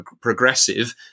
progressive